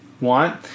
want